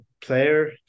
player